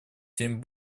тем